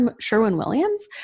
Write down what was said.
Sherwin-Williams